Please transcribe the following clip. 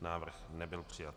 Návrh nebyl přijat.